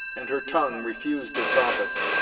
and her tongue refused its office.